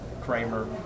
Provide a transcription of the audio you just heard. Kramer